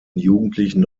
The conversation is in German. jugendlichen